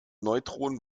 neutronen